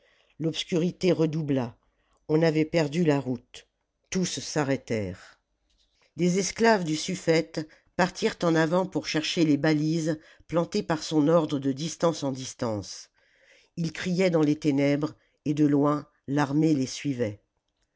l'obscurité redoubla on avait perdu la route tous s'arrêtèrent des esclaves du suffëte partirent en avant pour chercher les balises plantées par son ordre de distance en distance ils criaient dans les ténèbres et de loin l'armée les suivait